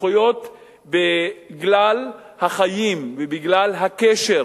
זכויות בגלל החיים ובגלל הקשר